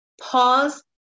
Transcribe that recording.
pause